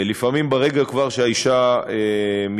לפעמים כבר ברגע שהאישה מתלוננת.